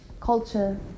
culture